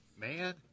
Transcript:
Man